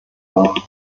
war